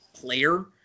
player